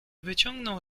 wyciągnął